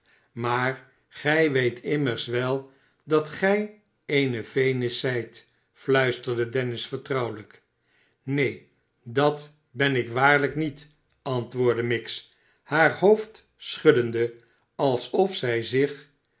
maar gij weet immers wel dat gij eene venis zijt fluisterde dennis vertrouwelijk sneen dat ben ik waarlijk niet antwoordde miggs haar hoofd schuddende alsof zij zich